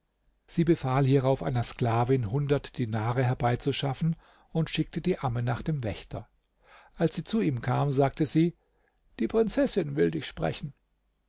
sie befahl hierauf einer sklavin hundert dinare herbeizuschaffen und schickte die amme nach dem wächter als sie zu ihm kam sagte sie die prinzessin will dich sprechen